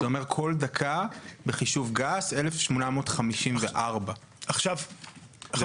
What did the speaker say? כלומר כל דקה בחישוב גס 1,854. אני